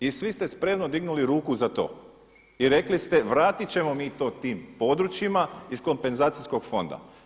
I svi ste spremno dignuli ruku za to i rekli ste vratit ćemo mi to tim područjima iz kompenzacijskog fonda.